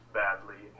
badly